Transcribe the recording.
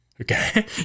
Okay